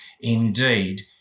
Indeed